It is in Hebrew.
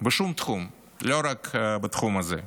בשום תחום, לא רק בתחום הזה.